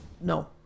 no